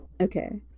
Okay